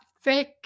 fake